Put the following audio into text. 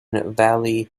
valle